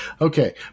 Okay